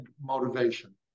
motivation